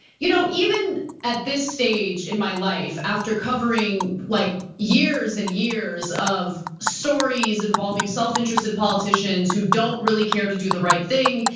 you know even at this stage in my life after covering like years and years of stories involving self-interested politicians who don't really care to do the right thing.